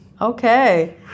Okay